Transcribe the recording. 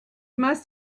must